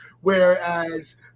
whereas